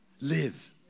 Live